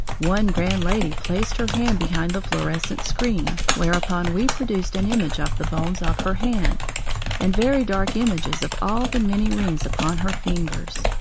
one grand lady placed her hand behind the fluorescent screen, whereupon we produced an image of the bones of her hand and very dark images of all the many rings upon her fingers.